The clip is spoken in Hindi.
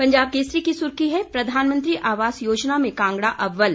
पंजाब केसरी की सुर्खी है प्रधानमंत्री आवास योजना में कांगड़ा अव्वल